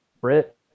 Brit